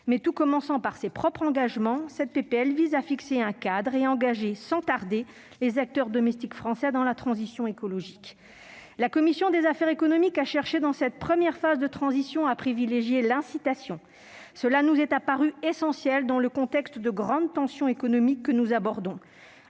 Mais tout commence avec ses propres engagements ; ce texte vise donc à fixer un cadre et à engager sans tarder les acteurs domestiques français dans la transition écologique. La commission des affaires économiques a cherché, dans cette première phase de transition, à privilégier l'incitation. Cela nous est apparu essentiel dans le contexte de grandes tensions économiques que nous abordons